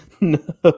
No